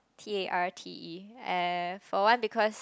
t_a_r_t_e uh for one because